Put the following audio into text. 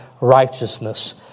righteousness